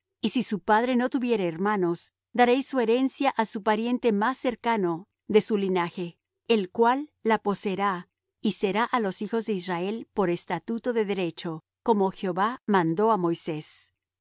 y si su padre no tuviere hermanos daréis su herencia á su pariente más cercano de su linaje el cual la poseerá y será á los hijos de israel por estatuto de derecho como jehová mandó á moisés